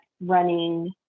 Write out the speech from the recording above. running